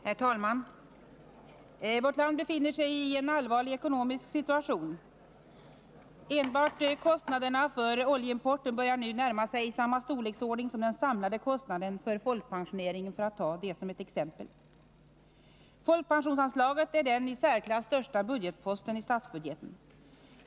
Herr talman! Vårt land befinner sig i en allvarlig ekonomisk situation. Enbart kostnaderna för oljeimporten börjar nu närma sig samma storleks ordning som — för att ta ett exempel — den samlade kostnaden för Nr 46 folkpensioneringen. Folkpensionsanslaget är den i särklass största budget Torsdagen den posten i statsbudgeten.